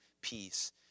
peace